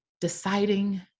deciding